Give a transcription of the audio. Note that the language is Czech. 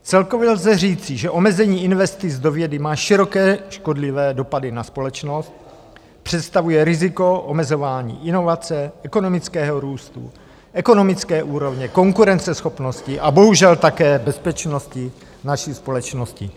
Celkově lze říci, že omezení investic do vědy má široké, škodlivé dopady na společnost, představuje riziko omezování inovace, ekonomického růstu, ekonomické úrovně, konkurenceschopnosti a bohužel také bezpečnosti naší společnosti.